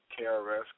KRS